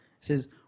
says